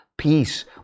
Peace